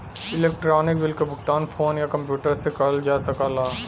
electronic bill क भुगतान phone या कम्प्यूटर से करल जा सकला